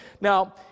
Now